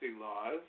laws